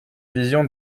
vision